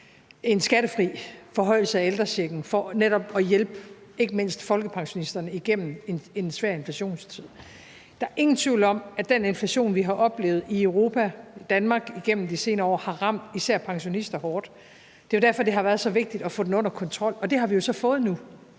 en skattefri forhøjelse af ældrechecken for netop at hjælpe ikke mindst folkepensionisterne igennem en svær inflationstid. Der er ingen tvivl om, at den inflation, vi har oplevet i Europa og i Danmark igennem de senere år, har ramt især pensionister hårdt. Det er derfor, det har været så vigtigt at få den under kontrol, og det har vi jo så fået nu.